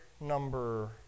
number